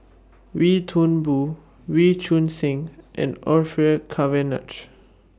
Wee Toon Boon Wee Choon Seng and Orfeur Cavenagh